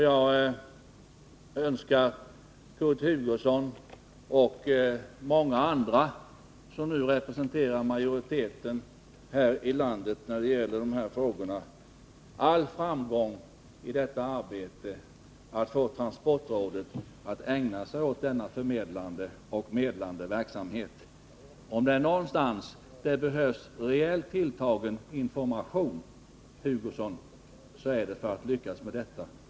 Jag önskar Kurt Hugosson och många andra som nu representerar majoriteten i de här frågorna all framgång i arbetet att få transportrådet att ägna sig åt denna förmedlande och medlande verksamhet. Om det är någonstans det behövs rejält tilltagen information, Kurt Hugosson, så är det för att lyckas med det.